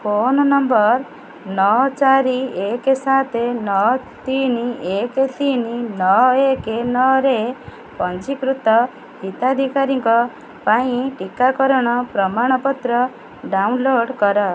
phone number ନଅ ଚାରି ଏକ ସାତ ନଅ ତିନି ଏକ ତିନି ନଅ ଏକ ନଅରେ ପଞ୍ଜୀକୃତ ହିତାଧିକାରୀଙ୍କ ପାଇଁ ଟିକାକରଣ ପ୍ରମାଣପତ୍ର ଡାଉନଲୋଡ଼୍ କର